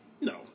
No